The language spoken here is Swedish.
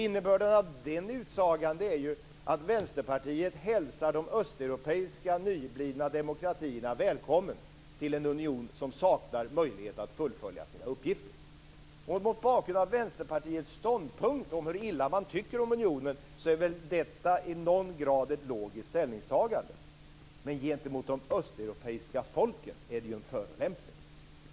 Innebörden av den utsagan är att Vänsterpartiet hälsar de östeuropeiska nyblivna demokratierna välkomna till en union som saknar möjlighet att fullfölja sina uppgifter. Mot bakgrund av Vänsterpartiets ståndpunkt att man tycker så illa om unionen är detta i någon grad ett logiskt ställningstagande, men gentemot de östeuropeiska folken är det en förolämpning.